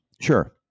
Sure